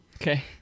okay